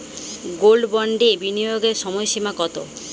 Gold বন্ডে বিনিয়োগের সময়সীমা কতো?